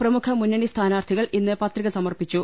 പ്രമുഖ മുന്നണി സ്ഥാനാർത്ഥികൾ ഇന്ന് പത്രിക സമർപ്പിച്ചു